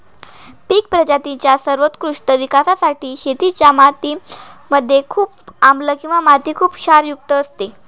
पिक प्रजातींच्या सर्वोत्कृष्ट विकासासाठी शेतीच्या माती मध्ये खूप आम्लं किंवा माती खुप क्षारयुक्त असते